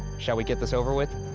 shall we get this over with?